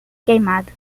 queimado